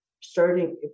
starting